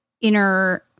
inner